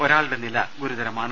ഒരാളുടെ നില ഗുരുതര മാണ്